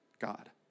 God